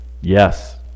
Yes